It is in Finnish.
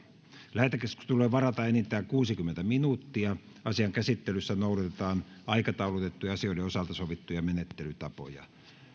lähetekeskustelulle varataan enintään kuusikymmentä minuuttia asian käsittelyssä noudatetaan aikataulutettujen asioiden osalta sovittuja menettelytapoja